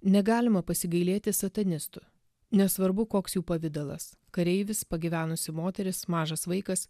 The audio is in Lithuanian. negalima pasigailėti satanistų nesvarbu koks jų pavidalas kareivis pagyvenusi moteris mažas vaikas